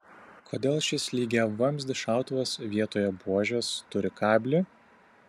kodėl šis lygiavamzdis šautuvas vietoje buožės turi kablį